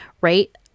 right